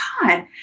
God